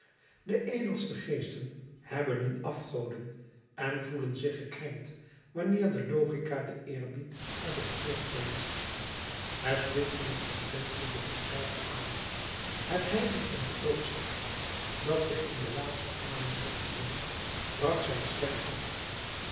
de edelste geesten hebben hun afgoden en voelen zich gekrenkt wanneer de logica den eerbied uit het oog verliest het lid der conventie begon zwaar te ademen het hijgen van den doodsstrijd dat zich in de laatste ademtochten mengt brak zijn stem af